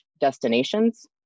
destinations